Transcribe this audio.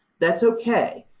that's ok.